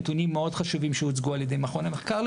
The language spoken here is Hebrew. נתונים מאוד חשובים שהוצגו ע"י מכון המחקר.